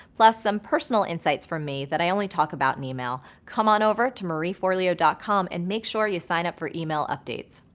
plus some personal insights from me that i only talk about in email, come on over to marieforleo dot com and make sure you sign up for email updates.